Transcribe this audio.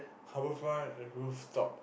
HabourFront uh rooftop